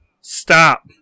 Stop